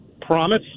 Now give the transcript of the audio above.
promise